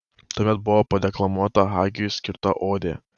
tuomet buvo padeklamuota hagiui skirta odė